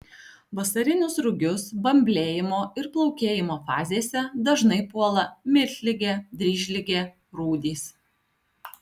vasarinius rugius bamblėjimo ir plaukėjimo fazėse dažnai puola miltligė dryžligė rūdys